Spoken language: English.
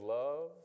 love